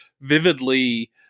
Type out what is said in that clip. vividly